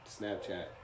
Snapchat